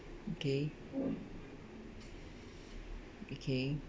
okay okay